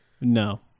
No